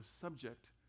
subject